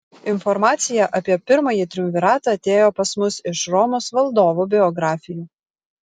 informacija apie pirmąjį triumviratą atėjo pas mus iš romos valdovų biografijų